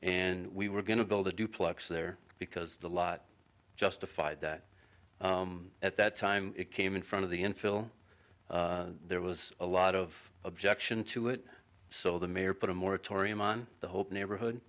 and we were going to build a duplex there because the lot justified that at that time it came in front of the infill there was a lot of objection to it so the mayor put a moratorium on the hope neighborhood